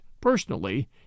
personally